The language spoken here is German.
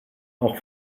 auch